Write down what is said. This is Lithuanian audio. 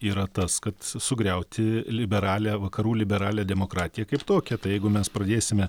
yra tas kad sugriauti liberalią vakarų liberalią demokratiją kaip tokią tai jeigu mes pradėsime